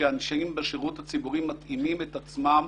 שאנשים בשירות הציבורי מתאימים את עצמם,